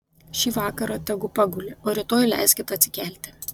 šį vakarą tegu paguli o rytoj leiskit atsikelti